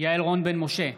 יעל רון בן משה,